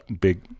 big